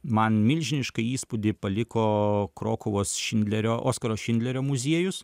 man milžinišką įspūdį paliko krokuvos šindlerio oskaro šindlerio muziejus